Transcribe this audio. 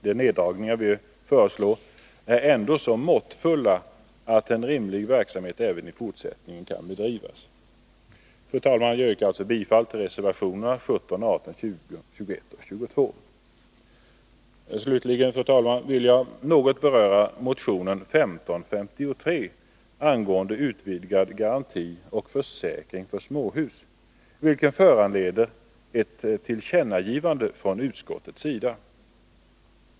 De neddragningar vi föreslår är ändå så måttfulla att en rimlig verksamhet även i fortsättningen kan bedrivas. Fru talman! Jag yrkar således bifall till reservationerna 17, 18, 20, 21 och 22. Slutligen, fru talman, vill jag något beröra motion 1553 angående utvidgad garanti på försäkring för småhus, vilken föranleder ett tillkännagivande från utskottets sida.